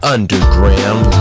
Underground